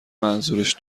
منظورش